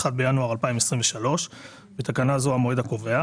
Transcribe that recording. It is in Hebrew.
1 בינואר 2023 (בתקנה זו המועד הקובע)